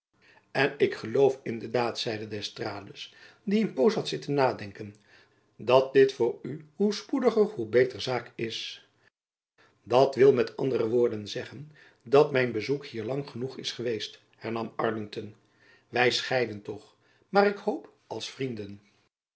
en ik geloof in de daad zeide d'estrades die een poos had zitten nadenken dat dit voor u hoe spoediger hoe beter zaak is dat wil met andere woorden zeggen dat mijn bezoek hier lang genoeg is geweest hernam arlington wy scheiden toch naar ik hoop als vrienden